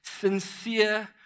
sincere